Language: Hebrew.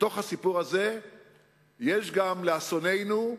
בתוך הסיפור הזה יש גם, לאסוננו,